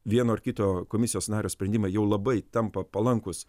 vieno ar kito komisijos nario sprendimai jau labai tampa palankūs